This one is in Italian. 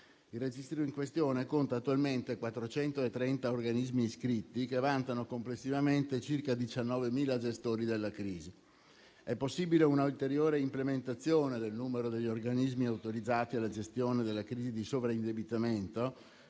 Il registro in questione conta attualmente 430 organismi scritti, che vantano complessivamente circa 19.000 gestori della crisi. È possibile un'ulteriore implementazione del numero degli organismi autorizzati alla gestione della crisi di sovraindebitamento,